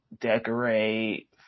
decorate